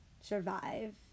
survive